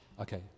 Okay